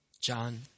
John